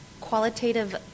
qualitative